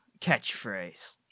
catchphrase